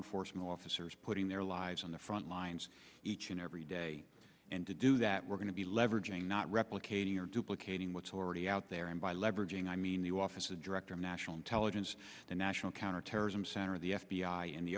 enforcement officers putting their lives on the frontlines each and every day and to do that we're going to be leveraging not replicating or duplicating what's already out there and by leveraging i mean the office of director of national intelligence the national counterterrorism center the f b i and the